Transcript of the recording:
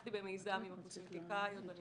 פתחתי במיזם עם הקוסמטיקאיות ואני